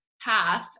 path